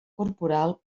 corporal